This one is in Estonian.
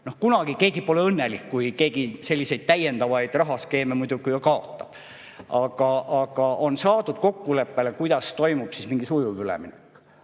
Kunagi keegi pole õnnelik, kui keegi selliseid täiendavaid rahaskeeme muidugi kaotab, aga on saadud kokkuleppele, kuidas toimub sujuv üleminek.